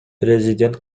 президент